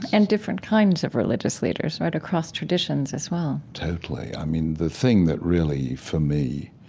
and different kinds of religious leaders, right, across traditions, as well? totally. i mean, the thing that really, for me,